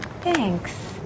Thanks